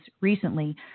recently